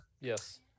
Yes